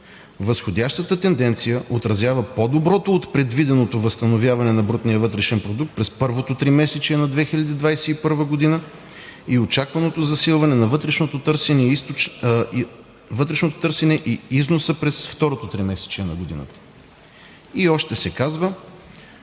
Възходящата тенденция отразява по-доброто от предвиденото възстановяване на брутния вътрешен продукт през първото тримесечие на 2021 г. и очакваното засилване на вътрешното търсене и износа през второто тримесечие на годината. И още се казва: